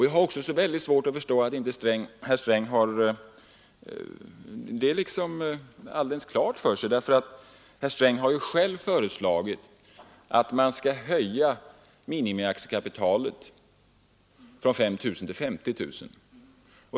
Jag har svårt att förstå att herr Sträng inte har detta alldeles klart för sig, eftersom herr Sträng själv föreslagit att man skall höja minimiaktiekapitalet från 5 000 till 50 000 kronor.